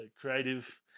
creative